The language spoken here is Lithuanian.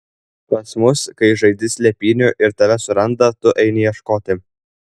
pas mus kai žaidi slėpynių ir tave suranda tu eini ieškoti